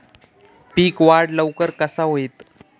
पीक वाढ लवकर कसा होईत?